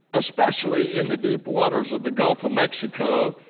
especially in the deep waters of the gulf of mexico,